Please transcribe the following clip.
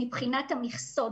מכסות.